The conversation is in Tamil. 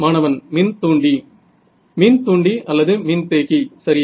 மாணவன் மின்தூண்டி மின்தூண்டி அல்லது மின்தேக்கி சரியா